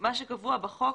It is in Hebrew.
מה שקבוע בחוק